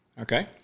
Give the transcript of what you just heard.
Okay